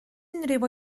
unrhyw